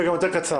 וגם יותר קצר.